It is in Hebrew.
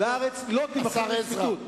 "והארץ לא תימכר לצמיתות".